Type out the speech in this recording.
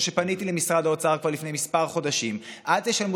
ופניתי למשרד האוצר כבר לפני כמה חודשים,